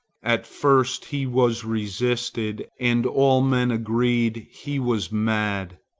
at first he was resisted, and all men agreed he was mad.